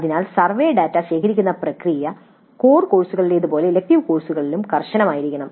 അതിനാൽ survey data ശേഖരിക്കുന്ന പ്രക്രിയ കോർ കോഴ്സുകളിലേതുപോലെ ഇലക്ടീവ് കോഴ്സുകളിലും കർശനമായിരിക്കണം